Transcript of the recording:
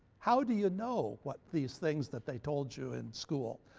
how do you know what these things that they told you in school?